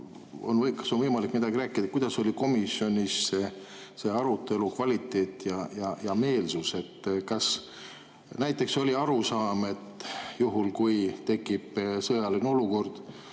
teil on võimalik midagi rääkida, milline oli komisjonis selle arutelu kvaliteet ja meelsus? Kas näiteks oli arusaam, et juhul kui tekib sõjaline olukord